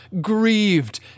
grieved